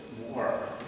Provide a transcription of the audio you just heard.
more